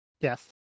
Yes